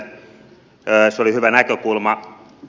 se oli hyvä näkökulma